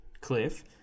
cliff